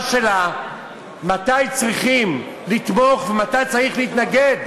שלה מתי צריכים לתמוך ומתי צריך להתנגד.